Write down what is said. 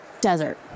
desert